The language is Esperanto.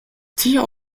tio